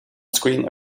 screen